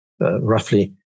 roughly